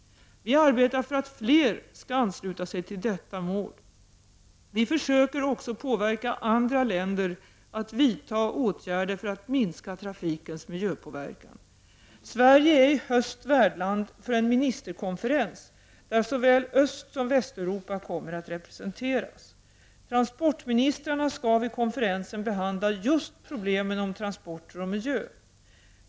Vi arbetar för att fler skall ansluta sig till detta mål. Vi försöker också påverka andra länder att vidta åtgärder för att minska trafikens miljöpåverkan. Sverige är i höst värdland för en ministerkonferens, där såväl Östsom Västeuropa kommer att representeras. Transportministrarna skall vid konferensen behandla just problemen om transporter och miljö.